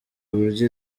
uburyo